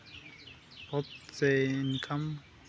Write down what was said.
ᱦᱳᱯ ᱥᱮ ᱤᱱᱠᱟᱢ